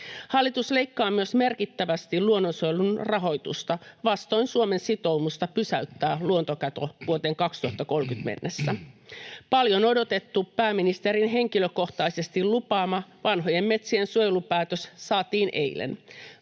Hallitus myös leikkaa merkittävästi luonnonsuojelun rahoitusta vastoin Suomen sitoumusta pysäyttää luontokato vuoteen 2030 mennessä. Paljon odotettu, pääministerin henkilökohtaisesti lupaama vanhojen metsien suojelupäätös saatiin eilen.